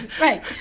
Right